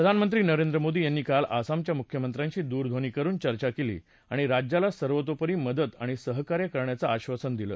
प्रधानमंत्री नरेंद्र मोदी यांनी काल आसामच्या मुख्यमंत्र्यांशी दूरध्वनी वरून चर्चा केली आणि राज्याला सर्वतोपरी मदत आणि सहकार्य करण्याचं आश्वासन दिल